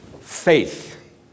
Faith